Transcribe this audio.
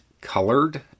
colored